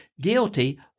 guilty